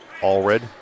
Allred